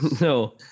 No